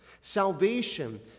Salvation